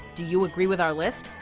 do you agree with our list?